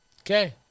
Okay